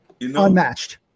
Unmatched